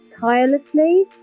tirelessly